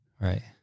Right